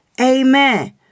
Amen